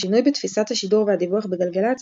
השינוי בתפיסת השידור והדיווח בגלגלצ,